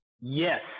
Yes